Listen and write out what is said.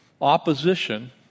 opposition